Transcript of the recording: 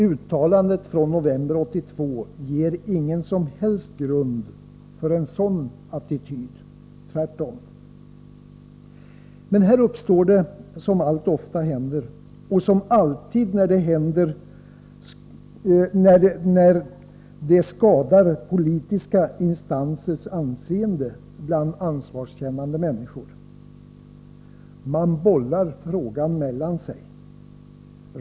Uttalandet från november 1982 ger ingen som helst grund för en sådan attityd. Tvärtom. Men här uppstår det som alltför ofta händer och som alltid, när det händer, skadar politiska instansers anseende bland ansvarskännande människor. Man bollar frågan mellan sig.